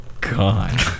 God